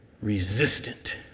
Resistant